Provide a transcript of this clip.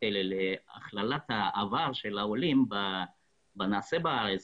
כאלה להכללת העבר של העולים בנעשה בארץ,